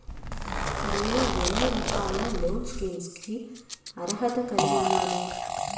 నేను ఎన్ని రకాల లోన్ స్కీమ్స్ కి అర్హత కలిగి ఉన్నాను?